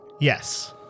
Yes